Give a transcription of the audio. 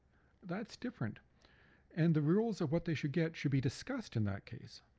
that's different and the rules of what they should get should be discussed in that case.